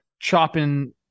chopping